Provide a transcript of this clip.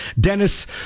Dennis